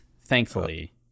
thankfully